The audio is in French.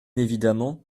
évidemment